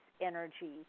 energy